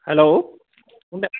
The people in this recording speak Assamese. হেল্ল'